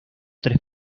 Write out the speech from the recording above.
tres